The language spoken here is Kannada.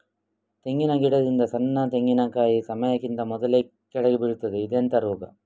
ತೆಂಗಿನ ಗಿಡದಿಂದ ಸಣ್ಣ ತೆಂಗಿನಕಾಯಿ ಸಮಯಕ್ಕಿಂತ ಮೊದಲೇ ಕೆಳಗೆ ಬೀಳುತ್ತದೆ ಇದೆಂತ ರೋಗ?